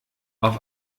auf